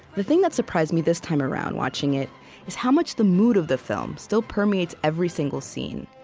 the thing that surprised me this time around watching it is how much the mood of the film still permeates every single scene.